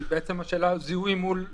אנחנו לא נוכל שלא להשיב לרצון הזה.